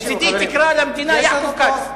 מצדי תקרא למדינה "יעקב כץ",